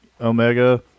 Omega